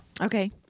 Okay